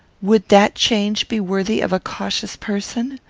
would that change be worthy of a cautious person?